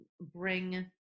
bring